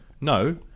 No